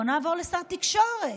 בואו נעבור לשר התקשורת.